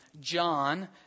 John